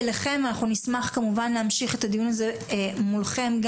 נשמח כמובן להמשיך את הדיון הזה, מולכם,